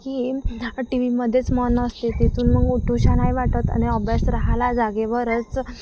की टी व्हीमध्येच मन असते तिथून मग उठुशा नाही वाटत आणि अभ्यास राहायला जागेवरच